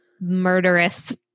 Murderous